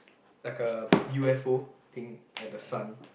like a U_F_O thing at the sun